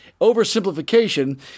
oversimplification